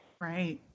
right